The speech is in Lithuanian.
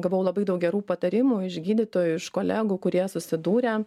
gavau labai daug gerų patarimų iš gydytojų iš kolegų kurie susidūrė